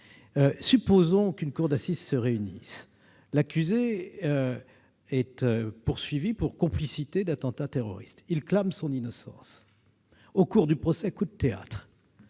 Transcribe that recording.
Supposons qu'une cour d'assises se réunisse. L'accusé, poursuivi pour complicité d'attentat terroriste, clame son innocence. Au cours du procès, coup de théâtre